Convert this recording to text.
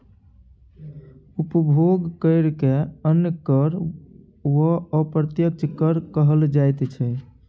उपभोग करकेँ अन्य कर वा अप्रत्यक्ष कर कहल जाइत छै